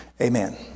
Amen